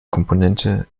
komponente